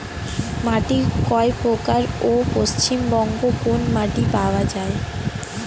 মাটি কয় প্রকার ও পশ্চিমবঙ্গ কোন মাটি পাওয়া য়ায়?